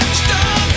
stop